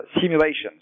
simulations